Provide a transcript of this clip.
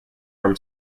from